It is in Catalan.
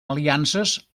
aliances